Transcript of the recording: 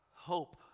Hope